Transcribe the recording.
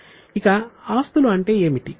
ఇక ఆస్తులు అంటే ఏమిటి